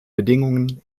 bedingungen